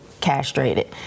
castrated